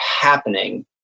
happening